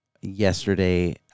yesterday